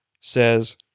says